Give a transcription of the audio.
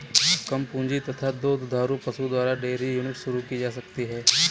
कम पूंजी तथा दो दुधारू पशु द्वारा डेयरी यूनिट शुरू की जा सकती है